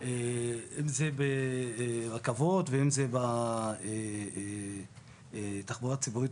אם זה ברכבות ואם זה בתחבורה ציבורית,